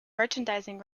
merchandising